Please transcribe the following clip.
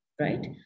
right